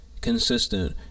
consistent